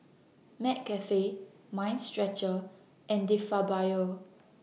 McCafe Mind Stretcher and De Fabio